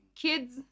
Kids